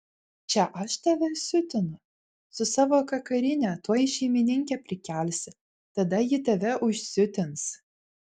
čia aš tave siutinu su savo kakarine tuoj šeimininkę prikelsi tada ji tave užsiutins